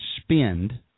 spend